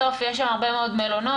בסוף יש שם הרבה מאוד מלונות.